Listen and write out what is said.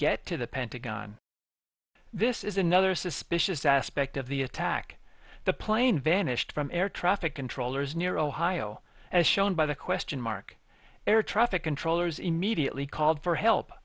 get to the pentagon this is another suspicious aspect of the attack the plane vanished from air traffic controllers near ohio as shown by the question mark air traffic controllers immediately called for help